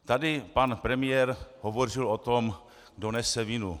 Tady pan premiér hovořil o tom, kdo nese vinu.